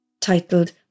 titled